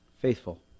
faithful